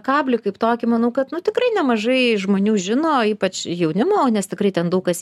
kablį kaip tokį manau kad nu tikrai nemažai žmonių žino ypač jaunimo nes tikrai ten daug kas